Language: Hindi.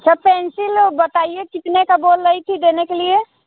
तो पेंसिल बताइए कितने का बोल रही थी देने के लिए